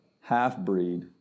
half-breed